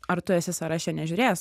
ar tu esi sąraše nežiūrės